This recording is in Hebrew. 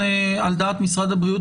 על דעת משרד הבריאות,